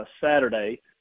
Saturday